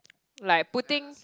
like putting